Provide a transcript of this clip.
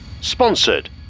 sponsored